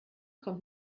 kommt